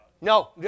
No